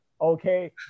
Okay